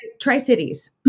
tri-cities